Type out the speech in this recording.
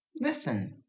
listen